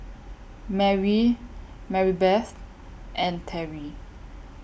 Mary Maribeth and Terrie